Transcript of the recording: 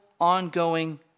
ongoing